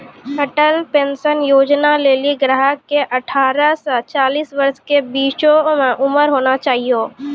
Atal pension Yojana लेली ग्राहक के अठारह से चालीस वर्ष के बीचो उमर होना चाहियो